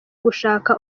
gushaka